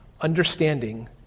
understanding